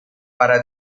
para